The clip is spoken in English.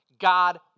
God